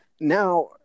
Now